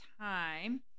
time